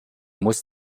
musst